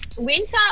Winter